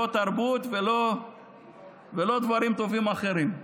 לא תרבות ולא דברים טובים אחרים.